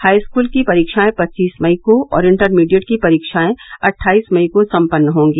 high school की परीक्षाएं पच्चीस मई को और इंटमीडिएट की परीक्षाएं अट्ठाईस मई को संपन्न होंगी